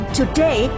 today